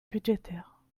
budgétaire